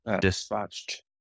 dispatched